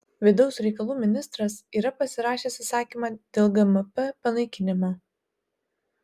vidaus reikalų ministras yra pasirašęs įsakymą dėl gmp panaikinimo